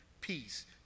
peace